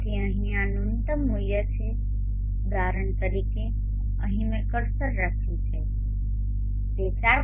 તેથી અહીં આ ન્યુનત્તમ મૂલ્ય છે ઉદાહરણ તરીકે અહીં મેં કર્સર રાખ્યું છે તે 4